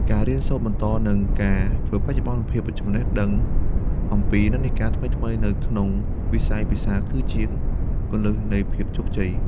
ការរៀនសូត្របន្ត និងការធ្វើបច្ចុប្បន្នភាពចំណេះដឹងអំពីនិន្នាការថ្មីៗនៅក្នុងវិស័យភាសា គឺជាគន្លឹះនៃភាពជោគជ័យ។